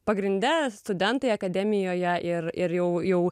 pagrinde studentai akademijoje ir ir jau jau